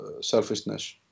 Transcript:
selfishness